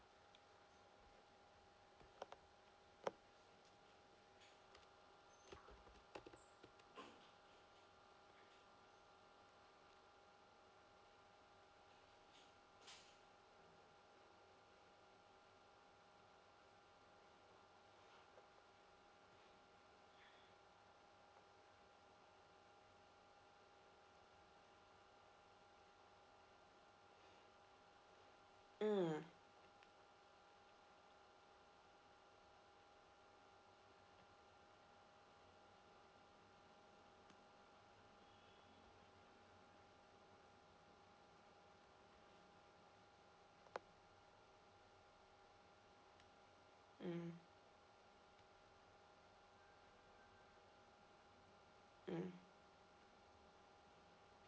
mm mm mm